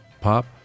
pop